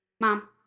mom